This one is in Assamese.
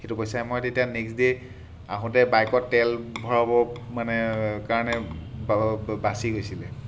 সেইটো পইচাই মই তেতিয়া নেক্সট ডে' আহোঁতে বাইকত তেল ভৰাব মানে কাৰণে বাচি গৈছিলে